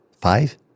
Five